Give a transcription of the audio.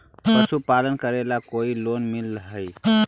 पशुपालन करेला कोई लोन मिल हइ?